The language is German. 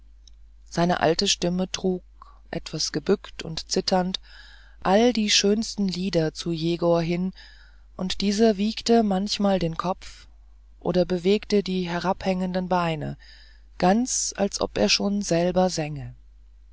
seine alte stimme trug etwas gebückt und zitternd alle die schönsten lieder zu jegor hin und dieser wiegte manchmal den kopf oder bewegte die herabhängenden beine ganz als ob er schon selber sänge